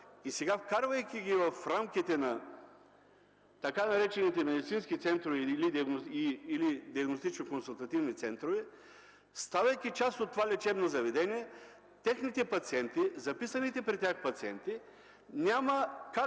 Сега вкарвайки ги в рамките на така наречените медицински центрове или диагностично-консултативни центрове, ставайки част от това лечебно заведение, записаните при тях пациенти няма как